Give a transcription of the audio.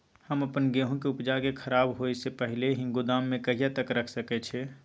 हम अपन गेहूं के उपजा के खराब होय से पहिले ही गोदाम में कहिया तक रख सके छी?